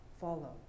follow